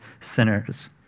sinners